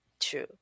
True